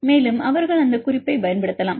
மேலும் அவர்கள் அந்த குறிப்பைப் பயன்படுத்தலாம்